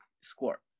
score